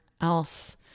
else